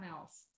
else